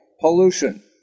pollution